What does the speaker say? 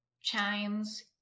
chimes